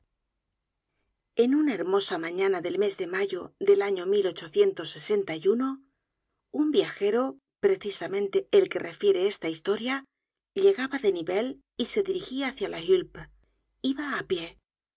en una hermosa mañana del mes de mayo del año un viajero precisamente el que refiere esta historiallegaba de nivelles y se dirigia hácia la hulpe iba á pie